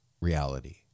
reality